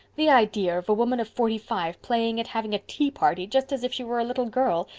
the idea of a woman of forty-five playing at having a tea party, just as if she were a little girl!